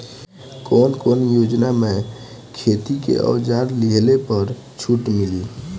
कवन कवन योजना मै खेती के औजार लिहले पर छुट मिली?